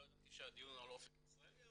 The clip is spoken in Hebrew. לא ידעתי שהדיון הוא על אופק ישראלי,